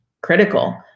critical